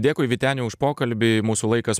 dėkui vyteni už pokalbį mūsų laikas